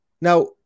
Now